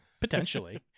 potentially